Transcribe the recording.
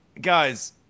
guys